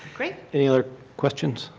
great. any other questions?